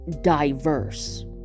diverse